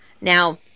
Now